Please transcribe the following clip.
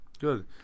good